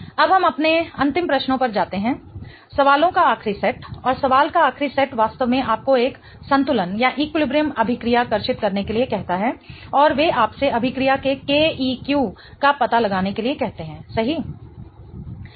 अब हम अपने अंतिम प्रश्नों पर जाते हैं सवालों का आखिरी सेट और सवाल का आखिरी सेट वास्तव में आपको एक संतुलन अभिक्रिया कर्षित करने के लिए कहता है और वे आपसे अभिक्रिया के Keq का पता लगाने के लिए कहते हैं सही